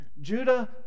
judah